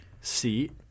seat